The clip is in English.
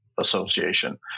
association